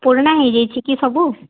ପୁରୁଣା ହୋଇଯାଇଛି କି ସବୁ